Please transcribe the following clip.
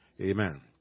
Amen